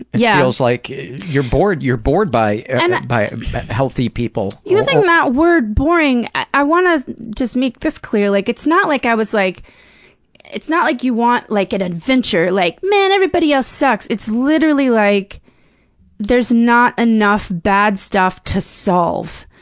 it yeah feels like you're bored you're bored by and healthy people. using that word, boring, i wanna just make this clear. like, it's not like i was like it's not like you want, like, an adventure, like, man, everybody else sucks! it's literally like there's not enough bad stuff to solve.